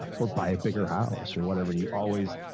or buy a bigger house or whatever. you always,